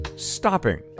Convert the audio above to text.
Stopping